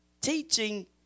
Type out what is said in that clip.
Teaching